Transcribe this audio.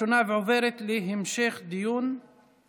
סיוע משפטי לנפגעי עבירות),